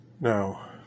Now